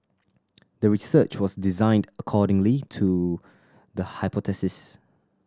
the research was designed accordingly to the hypothesis